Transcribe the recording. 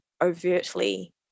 overtly